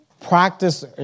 practice